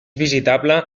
visitable